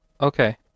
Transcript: okay